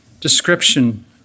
description